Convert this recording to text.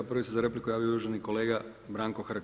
Prvi se za repliku javio uvaženi kolega Branko Hrg.